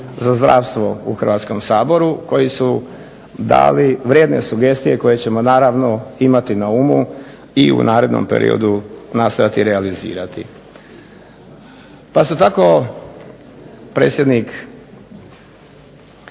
za zdravstvo u Hrvatskom saboru koji su dali vrijedne sugestije koje ćemo naravno imati na umu i u narednom periodu nastojati realizirati. Pa su tako predsjednik